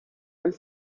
and